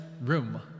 room